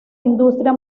industria